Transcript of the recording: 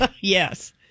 Yes